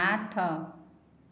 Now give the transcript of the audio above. ଆଠ